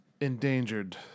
endangered